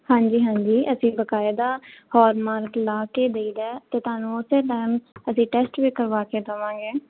ਹਾਂਜੀ ਹਾਂਜੀ ਅਸੀਂ ਬਕਾਇਦਾ ਹੋਲਮਾਰਕ ਲਗਾ ਕੇ ਦੇਈਦਾ ਅਤੇ ਤੁਹਾਨੂੰ ਉਸ ਟਾਈਮ ਅਸੀਂ ਟੈਸਟ ਵੀ ਕਰਵਾ ਕੇ ਦੇਵਾਂਗੇ